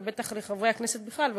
ובטח לחברי הכנסת בכלל,